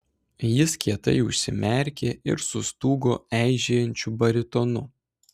jis kietai užsimerkė ir sustūgo eižėjančiu baritonu